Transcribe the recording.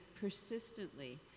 persistently